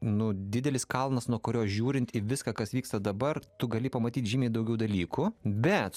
nu didelis kalnas nuo kurio žiūrint į viską kas vyksta dabar tu gali pamatyt žymiai daugiau dalykų bet